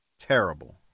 Terrible